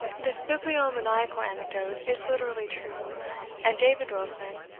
this bibliomaniacal anecdote is literally true and david wilson,